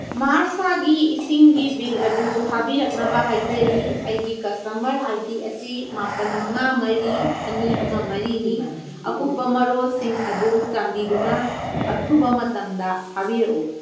ꯃꯥꯔꯁ ꯊꯥꯒꯤ ꯏꯁꯤꯡꯒꯤ ꯕꯤꯜ ꯑꯗꯨ ꯊꯥꯕꯤꯔꯛꯅꯕ ꯍꯥꯏꯖꯔꯤ ꯑꯩꯒꯤ ꯀꯁꯇꯃꯔ ꯑꯥꯏ ꯗꯤ ꯑꯁꯤ ꯃꯥꯄꯜ ꯃꯉꯥ ꯃꯔꯤ ꯑꯅꯤ ꯑꯃ ꯃꯔꯤꯅꯤ ꯑꯀꯨꯞꯄ ꯃꯔꯣꯜꯁꯤꯡ ꯑꯗꯨ ꯆꯥꯟꯕꯤꯗꯨꯅ ꯑꯊꯨꯕ ꯃꯇꯝꯗ ꯊꯥꯕꯤꯔꯛꯎ